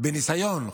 בניסיון.